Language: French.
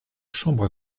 chambre